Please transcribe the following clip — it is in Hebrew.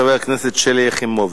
חברת הכנסת שלי יחימוביץ,